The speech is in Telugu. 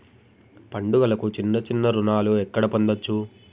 పండుగలకు చిన్న చిన్న రుణాలు ఎక్కడ పొందచ్చు?